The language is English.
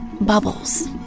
Bubbles